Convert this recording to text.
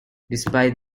despite